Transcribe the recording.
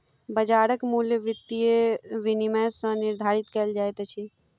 बाजारक मूल्य वित्तीय विनियम सॅ निर्धारित कयल जाइत अछि